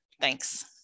Thanks